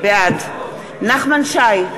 בעד נחמן שי,